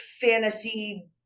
fantasy